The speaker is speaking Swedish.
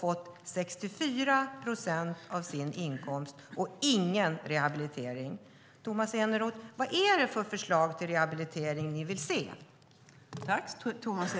fått 64 procent av sin inkomst och ingen rehabilitering. Vad är det för förslag till rehabilitering som ni vill se?